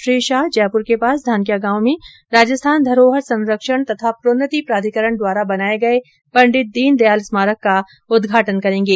श्री शाह जयपुर के पास धानक्या गांव में राजस्थान धरोहर संरक्षण तथा प्रोन्नति प्राधिकरण द्वारा बनाए गए पंडित दीनदयाल स्मारक का उद्घाटन करेंगे